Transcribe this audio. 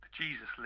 Jesus